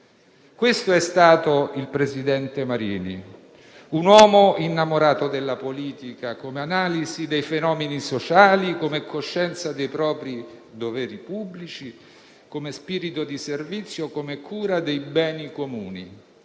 Questo è stato il presidente Marini, un uomo innamorato della politica come analisi dei fenomeni sociali, come coscienza dei propri doveri pubblici, come spirito di servizio, come cura dei beni comuni.